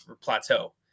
plateau